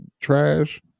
trash